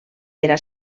era